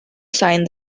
sign